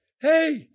hey